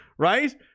right